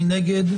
מי נגד?